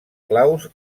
claus